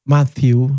Matthew